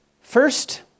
First